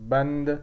بند